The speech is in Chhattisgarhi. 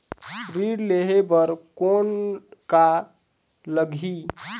ऋण लेहे बर कौन का लगही?